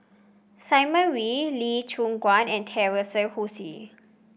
Simon Wee Lee Choon Guan and Teresa Hsu